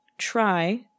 try